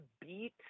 beat